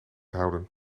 houden